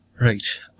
Right